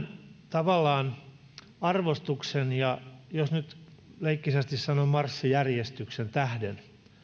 tavallaan tämän arvostuksen ja jos nyt leikkisästi sanon marssijärjestyksen tähden